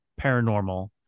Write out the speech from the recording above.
paranormal